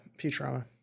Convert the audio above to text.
Futurama